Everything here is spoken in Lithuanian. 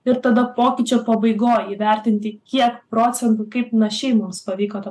ir tada pokyčio pabaigoj įvertinti kiek procentų kaip našiai mums pavyko tą